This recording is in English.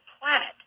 planet